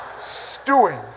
stewing